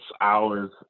hours